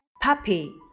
Puppy